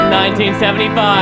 1975